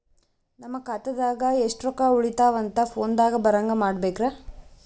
ನನ್ನ ಖಾತಾದಾಗ ಎಷ್ಟ ರೊಕ್ಕ ಉಳದಾವ ಅಂತ ಫೋನ ದಾಗ ಬರಂಗ ಮಾಡ ಬೇಕ್ರಾ?